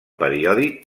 periòdic